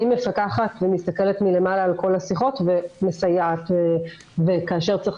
אני מפקחת ומסתכלת מלמעלה על כל השיחות ומסייעת וכאשר צריך